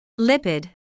lipid